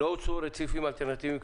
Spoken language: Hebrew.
לא הוצעו רציפים אלטרנטיביים,